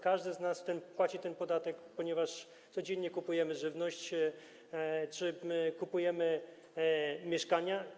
Każdy z nas płaci ten podatek, ponieważ codziennie kupujemy żywność czy kupujemy mieszkania.